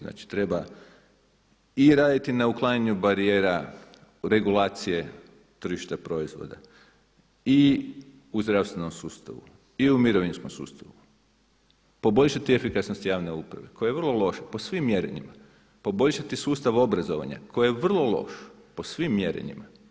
Znači treba raditi i na uklanjanju barijera, regulacije tržišta proizvoda, i u zdravstvenom sustavu, i u mirovinskom sustavu, poboljšati efikasnost javne uprave koja je vrlo loša po svim mjerenjima, poboljšati sustav obrazovanja koje je vrlo loš po svim mjerenjima.